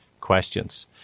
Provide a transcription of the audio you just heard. questions